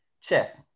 chess